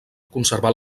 conservar